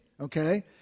Okay